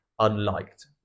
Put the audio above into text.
unliked